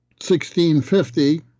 1650